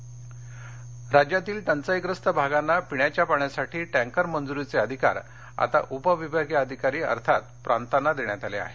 tanker राज्यातील टंचाईग्रस्त भागांना पिण्याच्या पाण्यासाठी टँकर मंजूरीचे अधिकार आता उपविभागीय अधिकारी अर्थात प्रांतांना देण्यात आले आहेत